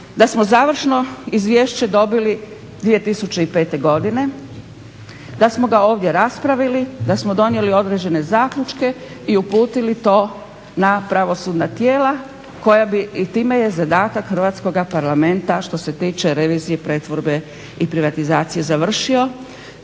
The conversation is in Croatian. da smo završno izvješće dobili 2005.godine, da smo ga ovdje raspravili da smo donijeli određene zaključke i uputili to na pravosudna tijela i time je zadatak Hrvatskoga parlamenta što se tiče revizije, pretvorbe i privatizacije završio